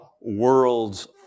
world's